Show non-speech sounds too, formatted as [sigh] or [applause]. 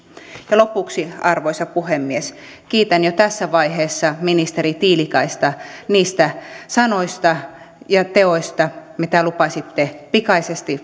lopuksi arvoisa puhemies kiitän jo tässä vaiheessa ministeri tiilikaista niistä sanoista ja teoista mitä lupasitte pikaisesti [unintelligible]